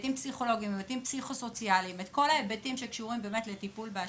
להיבטים פסיכו-סוציאליים ולכל ההיבטים שקשורים בהשמנה.